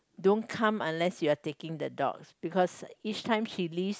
don't come unless you are taking the dogs because each time she leaves